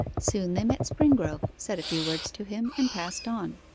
soon they met springrove, said a few words to him, and passed on.